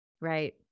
Right